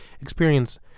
experience